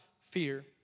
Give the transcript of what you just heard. fear